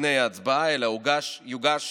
לפני ההצבעה אלא יוגש